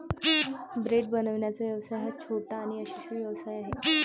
bread बनवण्याचा व्यवसाय हा छोटा आणि यशस्वी व्यवसाय आहे